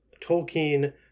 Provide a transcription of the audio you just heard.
Tolkien